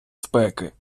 спеки